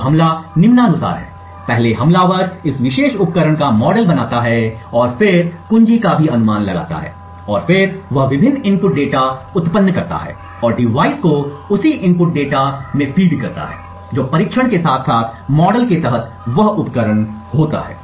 अब हमला निम्नानुसार है पहले हमलावर इस विशेष उपकरण का एक मॉडल बनाता है और फिर कुंजी का भी अनुमान लगाता है और फिर वह विभिन्न इनपुट डेटा उत्पन्न करता है और डिवाइस को उसी इनपुट डेटा को फीड करता है जो परीक्षण के साथ साथ मॉडल के तहत वह उपकरण होता है